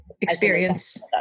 experience